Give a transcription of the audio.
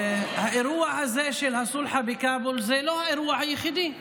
האירוע הזה של הסולחה בכאבול זה לא האירוע היחידי.